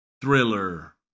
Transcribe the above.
thriller